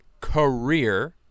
career